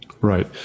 Right